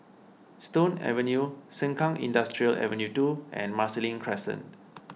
Stone Avenue Sengkang Industrial Ave two and Marsiling Crescent